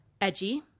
edgy